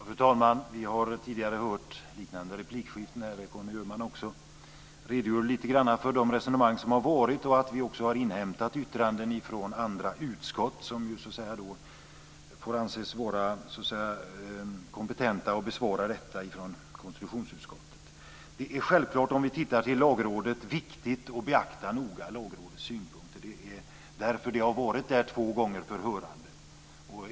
Fru talman! Vi har tidigare hört liknande replikskiften här med Conny Öhman. Jag redogjorde lite grann för de resonemang som har varit och att vi också har inhämtat yttranden från andra utskott som ju får anses vara kompetenta att besvara detta, t.ex. Det är självklart, om vi tittar till Lagrådet, viktigt att noga beakta Lagrådets synpunkter. Det är därför det har varit där två gånger för hörande.